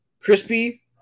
crispy